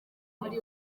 muri